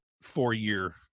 four-year